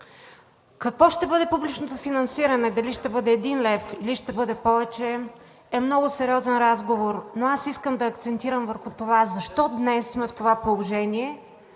Какво ще бъде публичното финансиране – дали ще бъде 1 лв., или повече, е много сериозен разговор. Но аз искам да акцентирам върху това: защо днес сме в това положение